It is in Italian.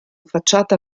facciata